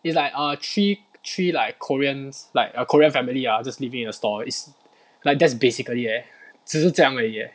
it's like err three three like koreans like a korean family ah just living in a store is like just basically that 只是这样而已 leh